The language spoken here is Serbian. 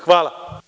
Hvala.